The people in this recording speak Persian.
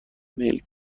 میلک